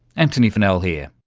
antony funnell here.